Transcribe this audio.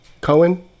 Cohen